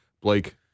Blake